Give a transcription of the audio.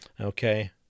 okay